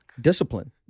Discipline